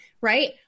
right